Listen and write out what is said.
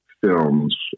films